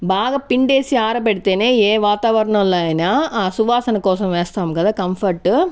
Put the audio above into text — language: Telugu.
బాగా పిండేసి ఆరబెడితేనే ఏ వాతావరణంలో అయినా ఆ సువాసన కోసం వేస్తాం కదా కంఫర్టు